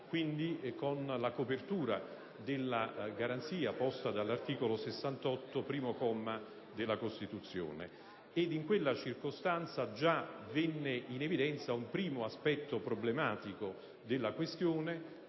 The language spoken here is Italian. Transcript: quindi con la copertura della garanzia posta dall'articolo 68, primo comma, della Costituzione. In quella circostanza già venne in evidenza un primo aspetto problematico della questione,